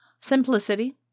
Simplicity